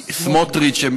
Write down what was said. סמוטריץ,